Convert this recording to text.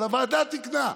הוועדה תיקנה.